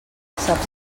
saps